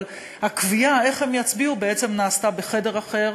אבל הקביעה איך הם יצביעו בעצם נעשתה בחדר אחר,